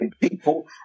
people